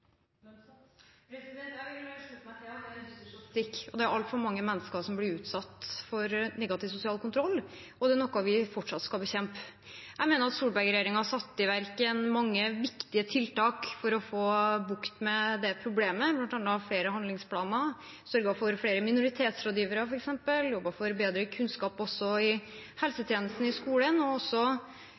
Jeg vil slutte meg til at det er en dyster statistikk. Det er altfor mange mennesker som blir utsatt for negativ sosial kontroll, og det er noe vi fortsatt skal bekjempe. Jeg mener Solberg-regjeringen satte i verk mange viktig tiltak for å få bukt med det problemet. De kom bl.a. med flere handlingsplaner, sørget for flere minoritetsrådgivere, jobbet for bedre kunnskap i helsetjenesten i skolen og